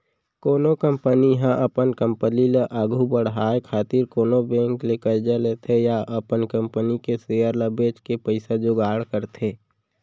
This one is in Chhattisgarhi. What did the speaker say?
कोनो कंपनी ह अपन कंपनी ल आघु बड़हाय खातिर कोनो बेंक ले करजा लेथे या अपन कंपनी के सेयर ल बेंच के पइसा जुगाड़ करथे